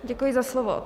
Děkuji za slovo.